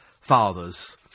fathers